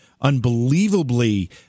unbelievably